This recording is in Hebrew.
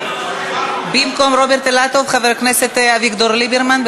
במקום רוברט אילטוב, חבר הכנסת אביגדור ליברמן.